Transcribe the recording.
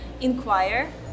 inquire